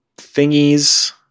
thingies